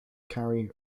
carry